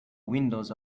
windows